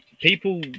People